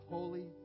Holy